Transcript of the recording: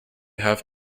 have